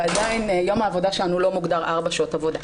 ועדיין יום העבודה שלנו לא מוגדר ארבע שעות עבודה.